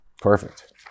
Perfect